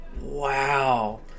Wow